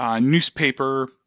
newspaper